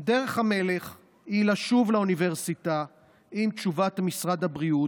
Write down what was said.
דרך המלך היא לשוב לאוניברסיטה עם תשובת משרד הבריאות,